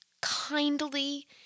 kindly